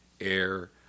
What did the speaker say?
air